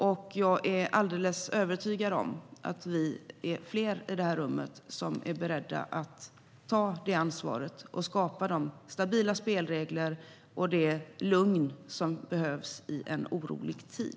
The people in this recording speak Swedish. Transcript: Och jag är övertygad om att vi är fler i det här rummet som är beredda att ta ansvar för att skapa de stabila spelregler och det lugn som behövs i en orolig tid.